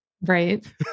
Right